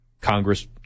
Congress